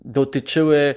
dotyczyły